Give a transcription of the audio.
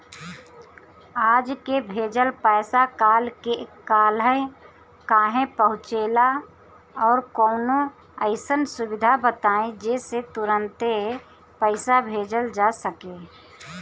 आज के भेजल पैसा कालहे काहे पहुचेला और कौनों अइसन सुविधा बताई जेसे तुरंते पैसा भेजल जा सके?